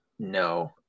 No